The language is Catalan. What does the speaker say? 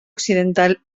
occidental